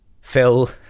Phil